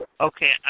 Okay